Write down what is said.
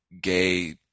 gay